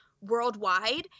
worldwide